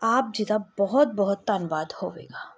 ਆਪ ਜੀ ਦਾ ਬਹੁਤ ਬਹੁਤ ਧੰਨਵਾਦ ਹੋਵੇਗਾ